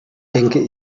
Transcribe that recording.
denke